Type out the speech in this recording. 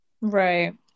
Right